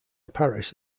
paris